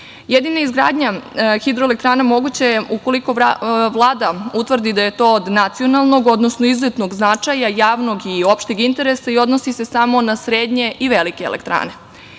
izgradnja hidroelektrana moguća je ukoliko Vlada utvrdi da je to od nacionalnog, odnosno izuzetnog značaja, javnog i opšteg interesa, a odnosi se samo na srednje i velike elektrane. Ja